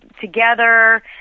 together